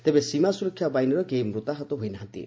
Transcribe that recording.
ତେବେ ସୀମା ସୁରକ୍ଷା ବାହିନୀର କେହି ମୃତାହତ ହୋଇ ନାହାନ୍ତି